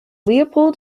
leopold